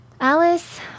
Alice